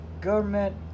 Government